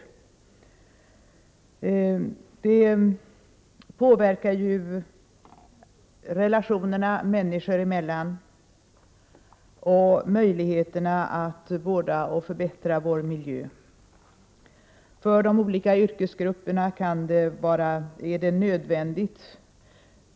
Arbetstiden påverkar relationerna människorna emellan och möjligheterna att vårda och förbättra vår miljö. För olika yrkesgrupper är en valfri varierad arbetstid nödvändig.